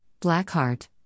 Blackheart